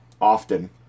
often